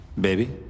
baby